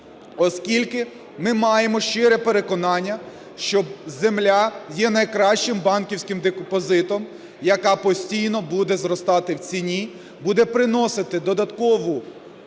оскільки ми маємо щире переконання, що земля є найкращим банківським депозитом, яка постійно буде зростати в ціні, буде приносити додатковий дохід